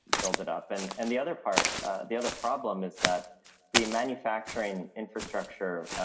build it up. and and the other part, ah the other problem is that the manufacturing infrastructure,